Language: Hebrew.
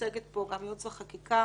שמיוצגת פה וגם ייעוץ וחקיקה